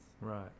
Right